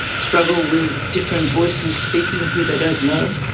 struggle with different voices speaking who they don't know,